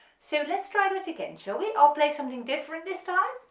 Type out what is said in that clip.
so let's try that again shall we i'll play something different this time,